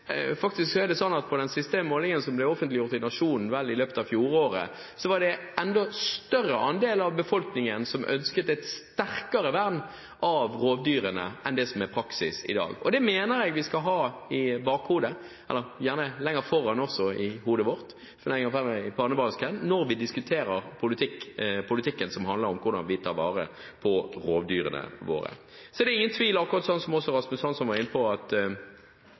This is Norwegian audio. sånn at i den siste målingen som vel ble offentliggjort i Nationen i løpet av fjoråret, var det en enda større andel av befolkningen som ønsket et sterkere vern av rovdyrene enn det som er praksis i dag. Det mener jeg vi skal ha i bakhodet – og gjerne også lenger framme i hodet vårt, i pannebrasken – når vi diskuterer politikken som handler om hvordan vi tar vare på rovdyrene våre. Så er det, akkurat som Rasmus Hansson var inne på, ingen tvil om at det er konflikter knyttet til dette. Jeg mener at